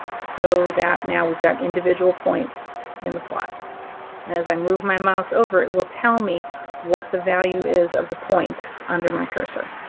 so that now we've got individual points in the plot, and as i move my mouse over, it will tell me what the value is of the point under my cursor.